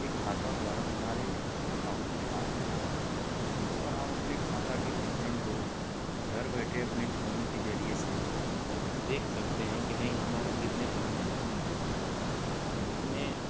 के खाता द्वारा हमारे अकाउंट में आ जाएगा हम अपने खाता के विवरण को घर बैठे अपने फोन के जरिये से देख सकते हैं कि नहीं हमारे कितने ट्रांजेक्शन हुए हैं किसने